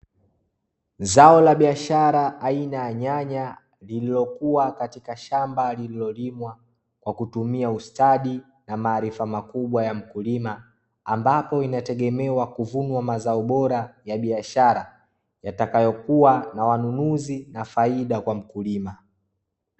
Zao la biashara aina ya nyanya lililokuwa katika shamba lililolimwa kwa kutumia ustadi na maarifa makubwa ya mkulima, ambapo inategemewa kuvunwa mazao bora ya biashara yatakayokuwa na wanunuzi na faida kwa mkulima.